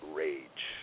rage